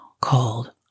called